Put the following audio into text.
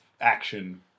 action